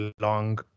long